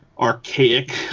archaic